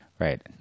Right